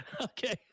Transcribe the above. Okay